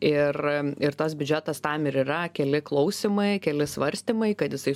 ir ir tas biudžetas tam ir yra keli klausymai keli svarstymai kad jisai